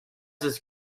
his